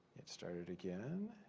get started again.